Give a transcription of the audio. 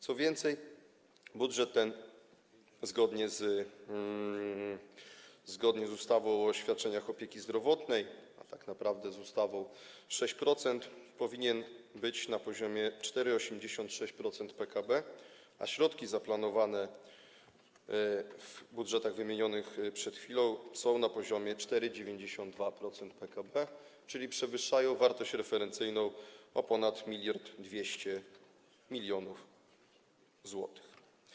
Co więcej, budżet ten zgodnie z ustawą o świadczeniach opieki zdrowotnej, a tak naprawdę z tzw. ustawą 6%, powinien być na poziomie 4,86% PKB, a środki zaplanowane w budżetach wymienionych przed chwilą są na poziomie 4,92% PKB, czyli przewyższają wartość referencyjną o ponad 1200 mln zł.